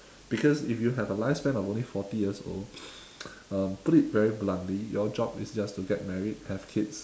because if you have a lifespan of only forty years old um put it very bluntly your job is just to get married have kids